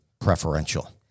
preferential